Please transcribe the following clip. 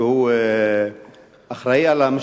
אני חייב להגן עליך,